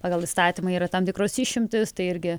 pagal įstatymą yra tam tikros išimtys tai irgi